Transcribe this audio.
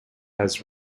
was